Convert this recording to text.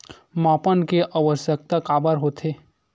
मापन के आवश्कता काबर होथे?